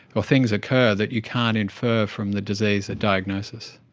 or things occur that you can't infer from the disease at diagnosis.